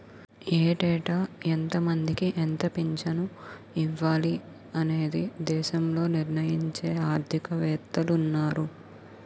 ఏటేటా ఎంతమందికి ఎంత పింఛను ఇవ్వాలి అనేది దేశంలో నిర్ణయించే ఆర్థిక వేత్తలున్నారు